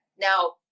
now